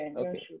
okay